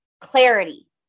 clarity